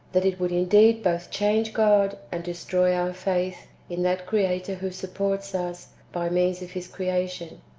that it would indeed both change god, and destroy our faith in that creator who supports us by means of his creation.